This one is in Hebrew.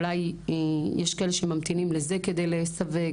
אולי יש כאלה שממתינים לזה כדי לסווג.